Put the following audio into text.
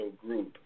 group